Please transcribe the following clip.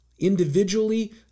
Individually